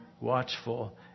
watchful